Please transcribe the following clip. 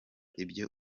ibyo